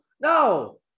no